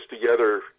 together